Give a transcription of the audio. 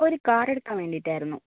ഒരു കാറെടുക്കാൻ വേണ്ടിയിട്ടായിരുന്നു